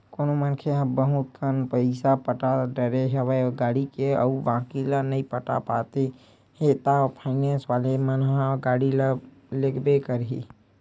कोनो मनखे ह बहुत कन पइसा पटा डरे हवे गाड़ी के अउ बाकी ल नइ पटा पाते हे ता फायनेंस वाले मन ह गाड़ी ल लेगबे करही